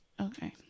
Okay